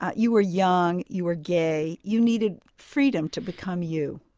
ah you were young, you were gay, you needed freedom to become you.